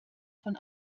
von